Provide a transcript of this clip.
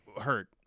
hurt